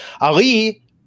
Ali